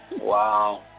Wow